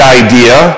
idea